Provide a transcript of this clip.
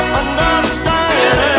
understand